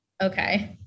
Okay